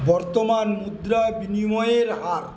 বর্তমান মুদ্রা বিনিময়ের হার